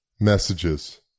messages